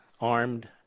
armed